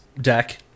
deck